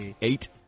Eight